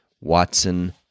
Watson